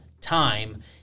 time